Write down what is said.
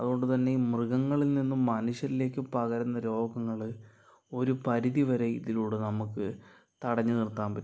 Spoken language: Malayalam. അതുകൊണ്ട് തന്നെ മൃഗങ്ങളിൽ നിന്നും മനുഷ്യരിലേക്ക് പകരുന്ന രോഗങ്ങള് ഒരു പരിധി വരെ ഇതിലൂടെ നമുക്ക് തടഞ്ഞു നിർത്താൻ പറ്റും